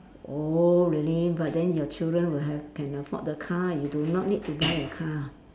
oh really but then your children will have can afford the car you do not need to buy a car